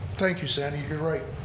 thank you, sandy you're right.